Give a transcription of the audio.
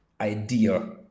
idea